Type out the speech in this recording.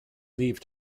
leave